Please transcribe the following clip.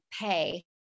pay